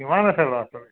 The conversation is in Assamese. কিমান আছে ল'ৰা ছোৱালী